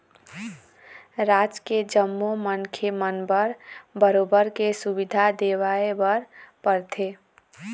राज के जम्मो मनखे मन बर बरोबर के सुबिधा देवाय बर परथे